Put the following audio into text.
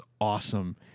awesome